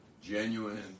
Genuine